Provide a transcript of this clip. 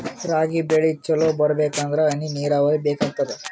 ರಾಗಿ ಬೆಳಿ ಚಲೋ ಬರಬೇಕಂದರ ಹನಿ ನೀರಾವರಿ ಬೇಕಾಗತದ?